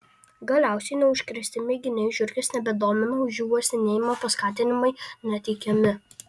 galiausiai neužkrėsti mėginiai žiurkės nebedomina už jų uostinėjimą paskatinimai neteikiami